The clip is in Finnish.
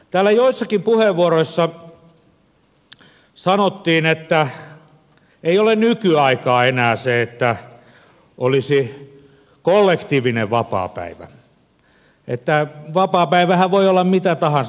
täällä joissakin puheenvuoroissa sanottiin että ei ole nykyaikaa enää se että olisi kollektiivinen vapaapäivä että vapaapäivähän voi olla mikä tahansa